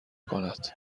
کند